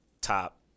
top